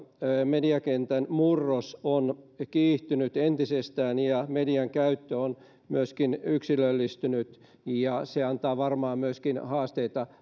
mediakentän murros on kiihtynyt entisestään ja median käyttö on myöskin yksilöllistynyt ja se antaa varmaan haasteita